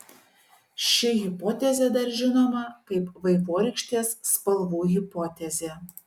ši hipotezė dar žinoma kaip vaivorykštės spalvų hipotezė